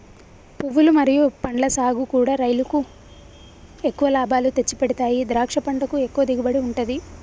పువ్వులు మరియు పండ్ల సాగుకూడా రైలుకు ఎక్కువ లాభాలు తెచ్చిపెడతాయి ద్రాక్ష పంటకు ఎక్కువ దిగుబడి ఉంటది